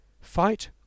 Fight